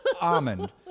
almond